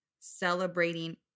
celebrating